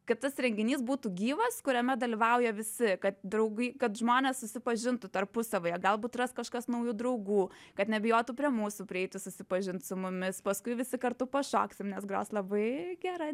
kad tas renginys būtų gyvas kuriame dalyvauja visi kad draugai kad žmonės susipažintų tarpusavyje galbūt ras kažkas naujų draugų kad nebijotų prie mūsų prieiti susipažint su mumis paskui visi kartu pašoksim nes gros labai gera